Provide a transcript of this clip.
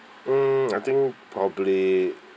uh I think probably